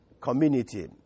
community